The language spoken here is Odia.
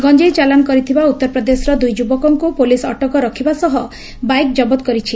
ଗଞ୍ଚେଇ ଚାଲାଣ କରିଥିବା ଉତ୍ତର ପ୍ରଦେଶର ଦୁଇଯୁବକଙ୍କୁ ପୋଲିସ୍ ଅଟକ ରଖିବା ସହ ବାଇକ ଜବତ କରିଛି